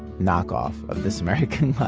knockoff of this american